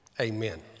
amen